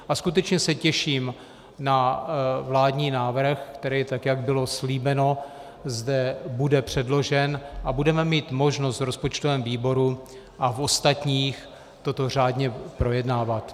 A skutečně se těším na vládní návrh, který, tak jak bylo slíbeno, zde bude předložen a budeme mít možnost v rozpočtovém výboru a v ostatních toto řádně projednávat.